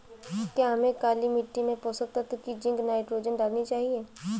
क्या हमें काली मिट्टी में पोषक तत्व की जिंक नाइट्रोजन डालनी चाहिए?